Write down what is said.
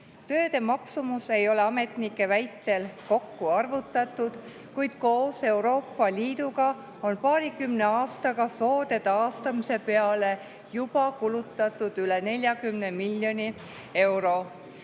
Tööde maksumust ei ole ametnike väitel kokku arvutatud, kuid koos Euroopa Liiduga on paarikümne aastaga soode taastamise peale kulutatud juba üle 40 miljoni euro.